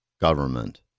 government